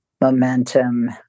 momentum